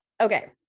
Okay